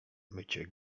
mycie